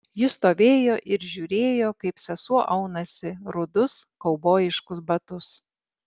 ji stovėjo ir žiūrėjo kaip sesuo aunasi rudus kaubojiškus batus